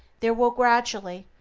there will gradually,